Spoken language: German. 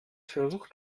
versucht